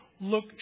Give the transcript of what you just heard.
Look